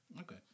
Okay